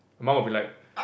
my mum would be like